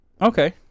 Okay